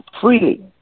freely